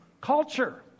culture